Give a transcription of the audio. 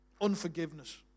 Unforgiveness